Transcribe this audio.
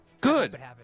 Good